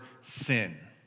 sin